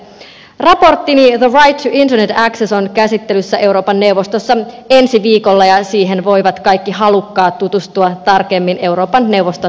raporttini the right to internet access on käsittelyssä euroopan neuvostossa ensi viikolla ja siihen voivat kaikki halukkaat tutustua tarkemmin euroopan neuvoston nettisivuilla